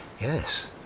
Yes